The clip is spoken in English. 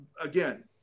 Again